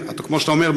כמו שאתה אומר,